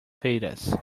feiras